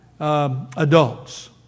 adults